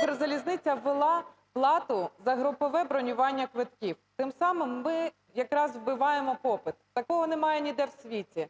"Укрзалізниця" ввела плату за групове бронювання квитків. Тим самим ми якраз збиваємо попит. Такого немає ніде в світі.